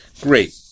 Great